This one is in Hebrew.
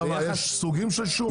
למה, יש סוגים של שום?